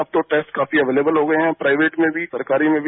अब तो टेस्ट काफी अवेयलेबल हो गए हैं प्राइवेट में भी सरकारी में भी